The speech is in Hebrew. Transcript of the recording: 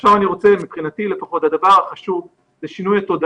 עכשיו אני רוצה לדבר על הדבר החשוב מבחינתי שהוא שינוי התודעה.